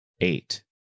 eight